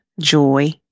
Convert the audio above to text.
joy